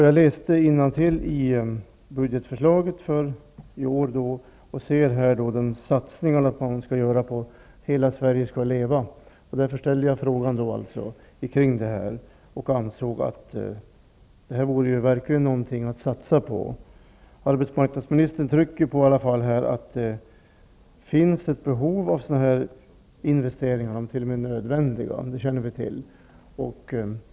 Jag läste i årets budgetproposition om en satsning för att hela Sverige skall leva, och därför ställde jag frågan. Jag anser att detta vore verkligen någonting att satsa på. Arbetsmarknadsministern betonar i alla fall att det finns ett behov av sådana här investeringar, att de t.o.m. är nödvändiga.